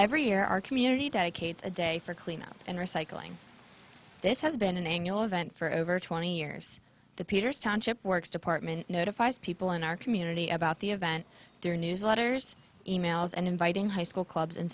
every year our community dedicate a day for cleanup and recycling this has been an annual event for over twenty years the peters township works department notifies people in our community about the event their news letters emails and inviting high school clubs